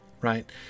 right